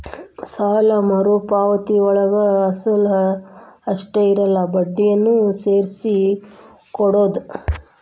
ಸಾಲ ಮರುಪಾವತಿಯೊಳಗ ಅಸಲ ಅಷ್ಟ ಇರಲ್ಲ ಬಡ್ಡಿನೂ ಸೇರ್ಸಿ ಕೊಡೋದ್